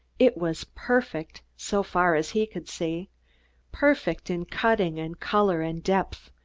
it was perfect, so far as he could see perfect in cutting and color and depth,